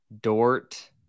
Dort